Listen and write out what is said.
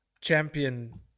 champion